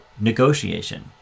negotiation